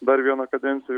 dar vieną kadenciją